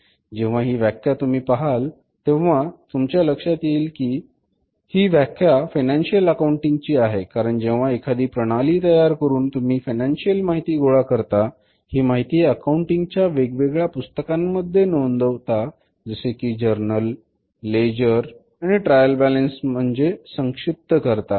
जेंव्हा ही व्याख्या तुम्ही पहाल तेव्हा तुमच्या लक्षात येईल ही व्याख्या फायनान्शिअल अकाउंटिंगची आहे कारण जेव्हा एखादी प्रणाली तयार करून तुम्ही फायनान्शिअल माहिती गोळा करता ही माहिती अकाउंटिंग च्या वेग वेगळ्या पुस्तकांमध्ये नोंदवता जसे की जर्नल लेजर आणि ट्रायल बॅलन्स म्हणजे संक्षिप्त करता